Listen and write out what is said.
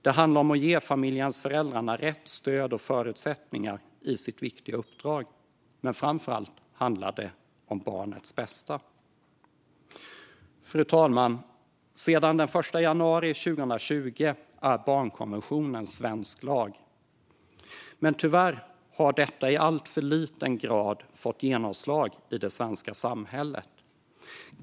Det handlar om att ge familjehemsföräldrar rätt stöd och förutsättningar i deras viktiga uppdrag, men framför allt handlar det om barnets bästa. Fru talman! Sedan den 1 januari 2020 är barnkonventionen svensk lag, men tyvärr har detta i alltför liten grad fått genomslag i det svenska samhället.